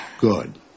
Good